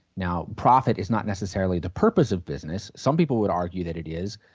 now profit is not necessarily the purpose of business, some people would argue that it is,